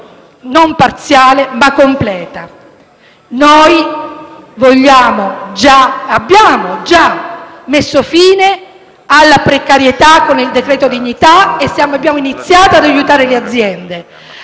non parziale, ma completa. Noi abbiamo già messo fine alla precarietà con il decreto dignità e abbiamo iniziato ad aiutare le aziende.